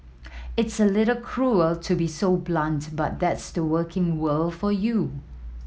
it's a little cruel to be so blunt but that's the working world for you